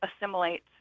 assimilate